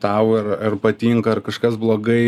tau ar ar patinka ar kažkas blogai